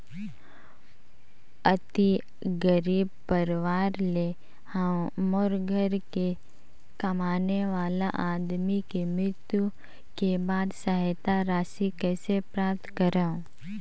अति गरीब परवार ले हवं मोर घर के कमाने वाला आदमी के मृत्यु के बाद सहायता राशि कइसे प्राप्त करव?